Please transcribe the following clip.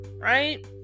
Right